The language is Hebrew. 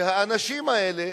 שהאנשים האלה,